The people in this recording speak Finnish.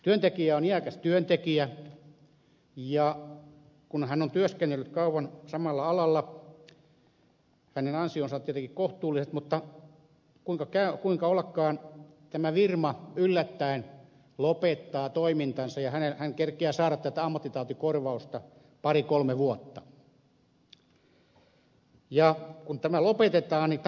työntekijä on iäkäs työntekijä ja kun hän on työskennellyt kauan samalla alalla hänen ansionsa ovat tietenkin kohtuulliset mutta kuinka ollakaan tämä firma yllättäen lopettaa toimintaansa ja hän kerkiää saada tätä ammattitautikorvausta pari kolme vuotta